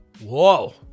whoa